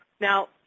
now